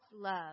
love